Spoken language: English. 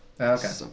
Okay